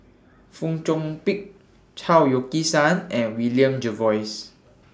Fong Chong Pik Chao Yoke San and William Jervois